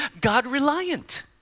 God-reliant